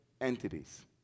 entities